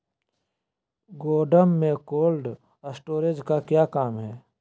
गोडम में cold storage का क्या काम है?